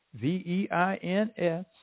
V-E-I-N-S